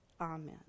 Amen